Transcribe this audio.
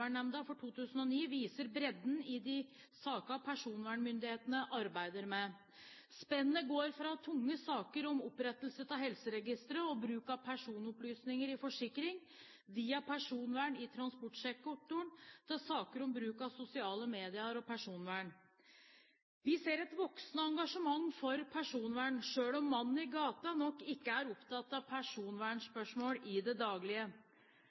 Personvernnemnda for 2009 viser bredden i de sakene personvernmyndighetene arbeider med. Spennet går fra tunge saker om opprettelse av helseregistre og bruk av personopplysninger i forskning, via personvern i transportsektoren, til saker om bruk av sosiale medier og personvern. Vi ser et voksende engasjement for personvern, selv om «mannen i gata» nok ikke er opptatt av personvernspørsmål i det daglige.